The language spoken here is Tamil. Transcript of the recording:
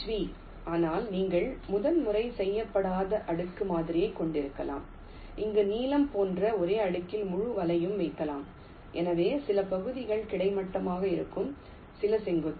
வி ஆனால் நீங்கள் முன்பதிவு செய்யப்படாத அடுக்கு மாதிரியைக் கொண்டிருக்கலாம் அங்கு நீலம் போன்ற ஒரே அடுக்கில் முழு வலையையும் வைக்கலாம் எனவே சில பகுதிகள் கிடைமட்டமாக இருக்கும் சில செங்குத்து